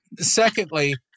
Secondly